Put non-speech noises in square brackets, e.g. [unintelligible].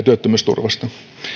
[unintelligible] työttömyysturvasta